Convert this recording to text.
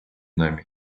нами